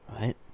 Right